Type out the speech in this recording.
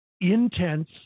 intense